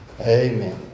Amen